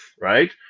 right